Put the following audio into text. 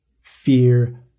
Fear